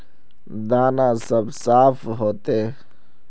दाना सब साफ होते?